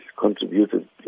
contributed